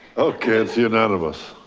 okay, it's unanimous.